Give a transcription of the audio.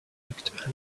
looked